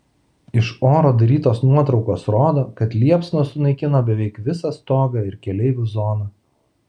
iš oro darytos nuotraukos rodo kad liepsnos sunaikino beveik visą stogą ir keleivių zoną